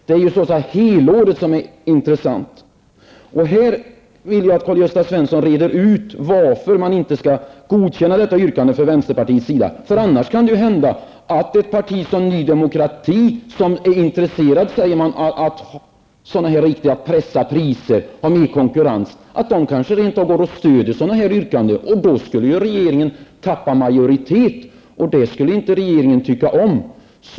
Det är helåret som är intressant. Jag vill att Karl-Gösta Svenson reder ut detta och talar om varför vänsterpartiets yrkande inte skall godkännas. Det kan ju hända att ett parti som Ny Demokrati -- från det hållet sägs det ju att man är intresserad av riktigt pressade priser och av mer konkurrens -- rent av stöder ett yrkande av det här slaget. Då skulle regeringen tappa majoritet, och det skulle regeringen inte tycka om.